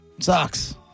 Sucks